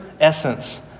essence